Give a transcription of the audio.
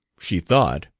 she thought!